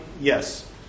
yes